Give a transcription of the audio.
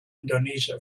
indonesia